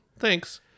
Thanks